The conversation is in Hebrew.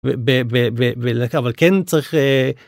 ו.. ו.. דקה, אבל כן צריך.